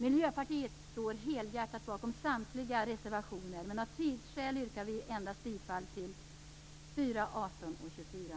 Miljöpartiet står helhjärtat bakom samtliga reservationer, men av tidsskäl yrkar vi endast bifall till reservationerna 4, 18 och 24.